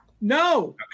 no